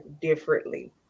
differently